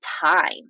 time